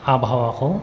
आबहावाखौ